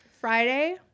Friday